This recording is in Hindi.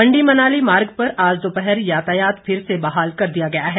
मंडी मनाली मार्ग पर आज दोपहर यातायात फिर से बहाल कर दिया गया है